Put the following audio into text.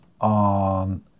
on